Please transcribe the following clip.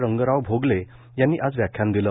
रंगराव भोगले यांनी आज व्याख्यान दिले